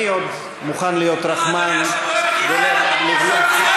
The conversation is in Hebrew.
אני עוד מוכן להיות רחמן ולבלוע את זה.